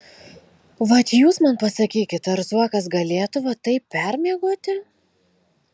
vat jūs man pasakykit ar zuokas galėtų va taip permiegoti